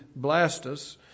Blastus